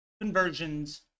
conversions